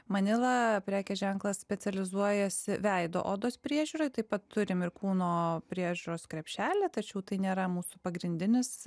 manila prekės ženklas specializuojasi veido odos priežiūrai taip pat turim ir kūno priežiūros krepšelį tačiau tai nėra mūsų pagrindinis